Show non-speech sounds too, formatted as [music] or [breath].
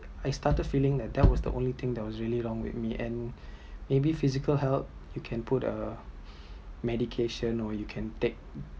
I started feeling that that was the only thing that was really wrong with me and [breath] maybe physical health you can put a [breath] medication or you can take